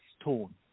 stone